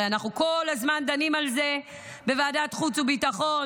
הרי אנחנו כל הזמן דנים על זה בוועדת החוץ והביטחון,